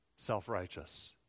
self-righteous